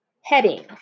Heading